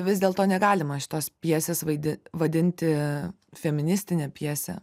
vis dėlto negalima šitos pjesės vaidi vadinti feministine pjese